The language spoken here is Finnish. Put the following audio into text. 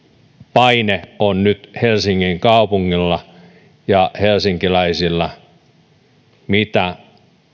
paine on nyt helsingin kaupungilla ja helsinkiläisillä siitä mitä